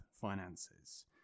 finances